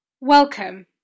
Welcome